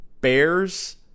bears